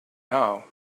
now